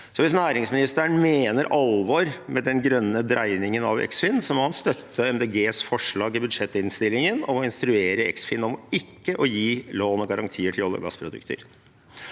hvis næringsministeren mener alvor med den grønne dreiningen av Eksfin, må han støtte Miljøpartiet De Grønnes forslag i budsjettinnstillingen og instruere Eksfin om ikke å gi lån og garantier til olje- og gassprosjekter.